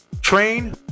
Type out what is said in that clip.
train